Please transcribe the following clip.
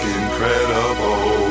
incredible